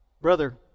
brother